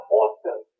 awesome